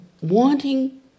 wanting